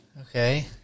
Okay